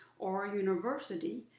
or a university,